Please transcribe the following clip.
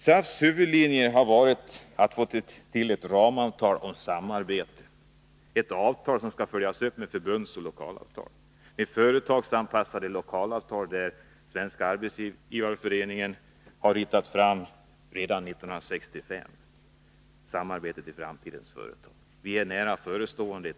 SAF:s huvudlinje har varit att få till stånd ett ramavtal om samarbete, ett avtal som skall följas upp med förbundsoch lokalavtal. Företagsanpassade lokalavtal ritade Svenska arbetsgivareföreningen upp redan 1965 i utredningen Samarbetet i framtidens företag. Ett sådant avtal är nära förestående.